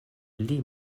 pli